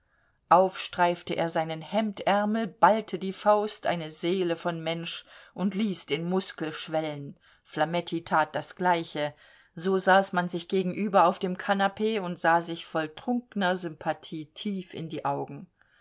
auf streifte er seinen hemdärmel ballte die faust eine seele von mensch und ließ den muskel schwellen flametti tat das gleiche so saß man sich gegenüber auf dem kanapee und sah sich voll trunkener sympathie tief in die augen